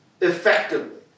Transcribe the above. effectively